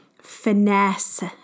finesse